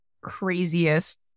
craziest